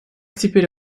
теперь